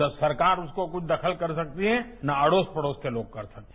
ना सरकार उसको कोई दखल कर सकती है ना अड़ोस पड़ोस के लोग कर सकते हैं